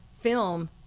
film